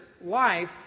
life